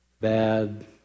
bad